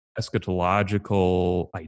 eschatological